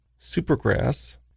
Supergrass